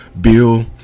bill